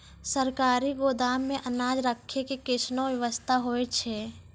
सरकारी गोदाम मे अनाज राखै के कैसनौ वयवस्था होय छै?